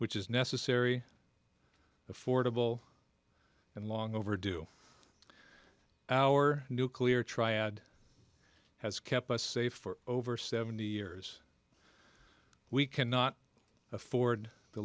which is necessary affordable and long overdue our nuclear triad has kept us safe for over seventy years we cannot afford to